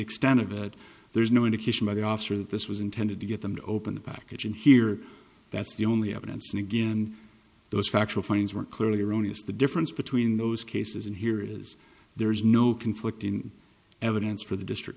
extent of it there's no indication by the officer that this was intended to get them to open the package and here that's the only evidence and again those factual findings were clearly erroneous the difference between those cases and here is there is no conflict in evidence for the district